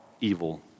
evil